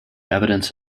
evidence